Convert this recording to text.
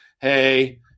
Hey